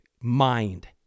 mind